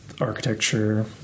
architecture